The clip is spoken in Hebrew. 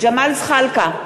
ג'מאל זחאלקה,